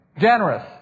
Generous